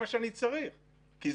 בעצם אנחנו מתמקדים ב-5 נושאים,